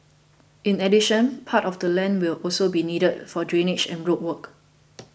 in addition part of the land will also be needed for drainage and road work